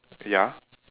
ya